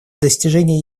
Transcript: достижения